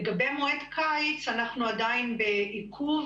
לגבי מועד קיץ אנחנו עדיין בעיכוב